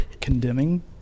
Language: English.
condemning